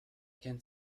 kennt